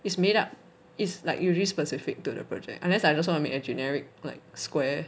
it's made up is like usually specific to the project unless I just want to make a generic like square